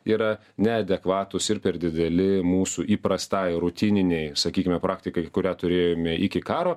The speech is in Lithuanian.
yra neadekvatūs ir per dideli mūsų įprastai rutininei sakykime praktikai kurią turėjome iki karo